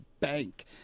Bank